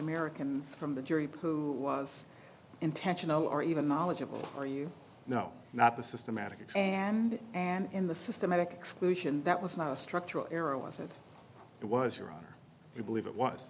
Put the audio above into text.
american from the jury pool was intentional or even knowledgeable or you know not the systematic and and in the systematic exclusion that was not a structural arrow i said it was your honor you believe it was